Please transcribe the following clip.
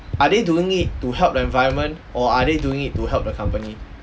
are they doing it to help the environment or are they doing it to help the company